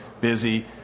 busy